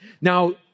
Now